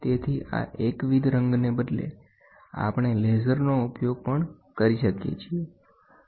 તેથીઆ એકવિધ રંગને બદલે આપણે લેસરનો ઉપયોગ પણ કરી શકીએ છીએ